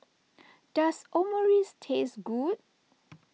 does Omurice taste good